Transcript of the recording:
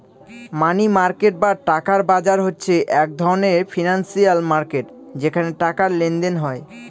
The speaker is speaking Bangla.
মানি মার্কেট বা টাকার বাজার হচ্ছে এক ধরনের ফিনান্সিয়াল মার্কেট যেখানে টাকার লেনদেন হয়